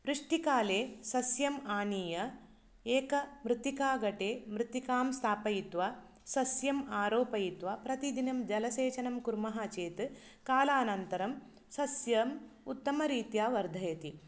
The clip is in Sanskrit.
वृष्टिकाले सस्यम् आनीय एक मृत्तिकागटे मृत्तिकां स्तापयित्वा सस्यम् आरोपयित्वा प्रतिदिनं जलसेचनं कुर्मः चेत् कालानन्तरं सस्यम् उत्तमरीत्या वर्धयति